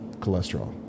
cholesterol